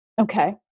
Okay